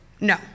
no